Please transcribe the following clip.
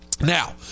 Now